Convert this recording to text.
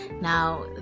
now